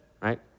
right